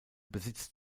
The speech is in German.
besitzt